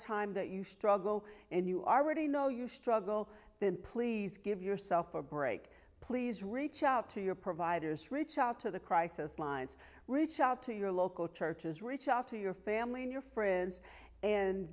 time that you struggle and you are already know you struggle then please give yourself a break please reach out to your providers reach out to the crisis lines reach out to your local churches reach out to your family and your friends and